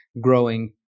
growing